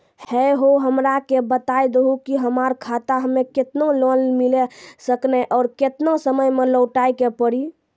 है हो हमरा के बता दहु की हमार खाता हम्मे केतना लोन मिल सकने और केतना समय मैं लौटाए के पड़ी?